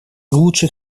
лучших